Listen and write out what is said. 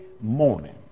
morning